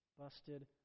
busted